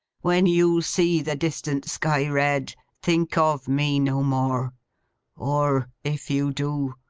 when you see the distant sky red, think of me no more or, if you do,